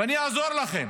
ואני אעזור לכם.